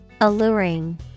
Alluring